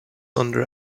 under